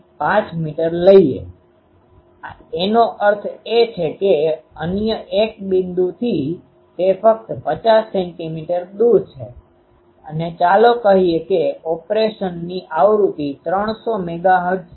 5મીટર લઈએ એનો અર્થ એ છે કે અન્ય એક બિંદુથી તે ફક્ત 50 સેન્ટિમીટર દૂર છે અને ચાલો કહીએ કે ઓપરેશનની આવૃતિ 300 મેગાહર્ટઝ છે